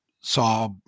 saw